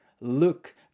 look